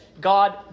God